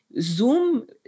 Zoom